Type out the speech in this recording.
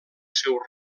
seu